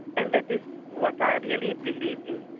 and that is what i really believe in.